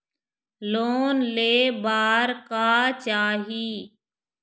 Loan ले बार का चाही?